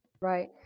Right